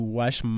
wash